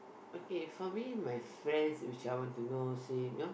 okay for me my friends which I want to know since you know